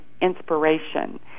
inspiration